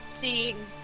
seeing